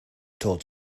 told